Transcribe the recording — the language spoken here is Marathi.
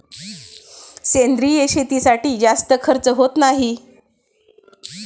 सेंद्रिय शेतीसाठी जास्त खर्च होत नाही